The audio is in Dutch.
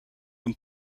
een